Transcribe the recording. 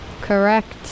Correct